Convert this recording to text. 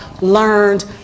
learned